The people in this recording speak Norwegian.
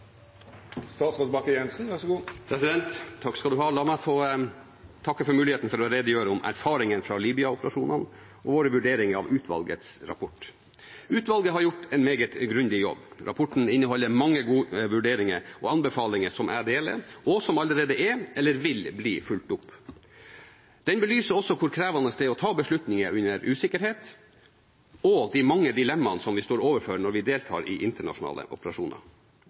La meg få takke for muligheten til å redegjøre for erfaringene fra Libya-operasjonene og våre vurderinger av utvalgets rapport. Utvalget har gjort en meget grundig jobb. Rapporten inneholder mange gode vurderinger og anbefalinger som jeg deler, og som allerede er eller vil bli fulgt opp. Den belyser hvor krevende det er å ta beslutninger under usikkerhet, og også de mange dilemmaene som vi står overfor når vi deltar i internasjonale operasjoner.